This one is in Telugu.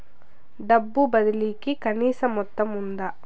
డబ్బు బదిలీ కి కనీస మొత్తం ఉందా?